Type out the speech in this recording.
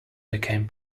became